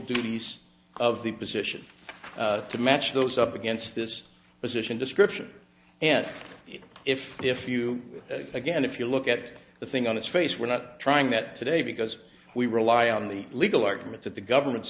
duties of the position to match those up against this position description and if if you again if you look at the thing on its face we're not trying that today because we rely on the legal argument that the government's